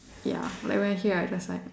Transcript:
ya like when I hear I just like